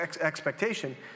expectation